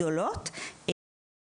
יש לכם רעיונות איך להקטין את העוני,